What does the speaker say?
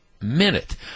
minute